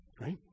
Right